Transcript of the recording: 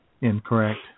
incorrect